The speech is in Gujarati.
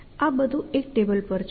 આ બધું એક ટેબલ પર છે